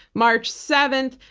march seven,